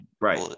Right